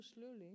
slowly